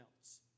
else